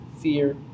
fear